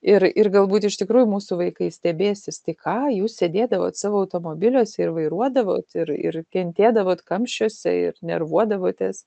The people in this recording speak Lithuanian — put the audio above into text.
ir ir galbūt iš tikrųjų mūsų vaikai stebėsis tai ką jūs sėdėdavot savo automobiliuose ir vairuodavo ir ir kentėdavot kamščiuose ir nervuodavotės